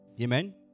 Amen